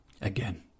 again